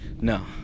No